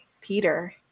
Peter